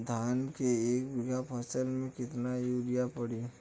धान के एक बिघा फसल मे कितना यूरिया पड़ी?